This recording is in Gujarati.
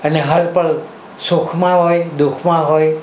અને હર પળ સુખમાં હોય દુઃખમાં હોય